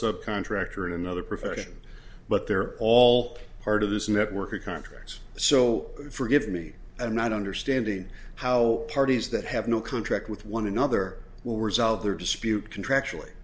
sub contractor in another profession but they're all part of this network of contracts so forgive me i'm not understanding how parties that have no contract with one another will resolve their dispute contractually